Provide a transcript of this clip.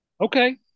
Okay